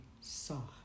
soft